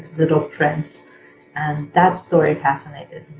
little prince. and that story fascinated